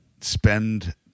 spend